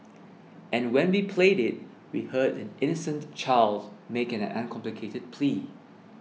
and when we played it we heard an innocent child make an uncomplicated plea